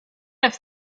have